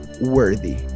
worthy